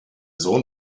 sohn